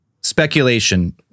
speculation